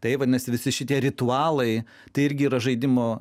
tai va nes visi šitie ritualai tai irgi yra žaidimo